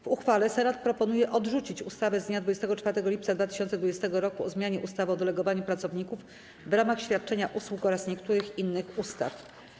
W uchwale Senat proponuje odrzucić ustawę z dnia 24 lipca 2020 r. o zmianie ustawy o delegowaniu pracowników w ramach świadczenia usług oraz niektórych innych ustaw.